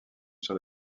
sur